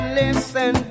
listen